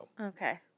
Okay